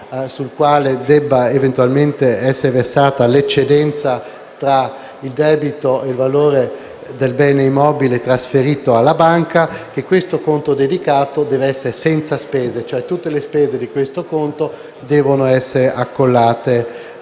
sul quale debba eventualmente essere versata l'eccedenza tra il debito e il valore del bene immobile trasferito alla banca sia senza spese. Tutte le spese di questo conto devono essere accollate